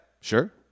Sure